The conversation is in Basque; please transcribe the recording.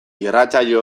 irratsaio